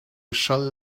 shall